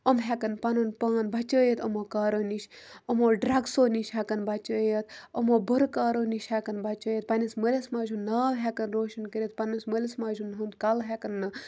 یِم ہٮ۪کَن پَنُن پان بَچٲیِتھ یِمو کارو نِش یِمو ڈرٛگسو نِش ہٮ۪کَن بَچٲیِتھ یِمو بُرٕ کارو نِش ہٮ۪کَن بَچٲیِتھ پںٛنِس مٲلِس ماجہِ ہُنٛد ناو ہٮ۪کَن روشَن کٔرِتھ پنٛنِس مٲلِس ماجَن ہُنٛد کَلہٕ ہٮ۪کَن نہٕ